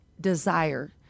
desire